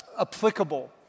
applicable